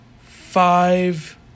five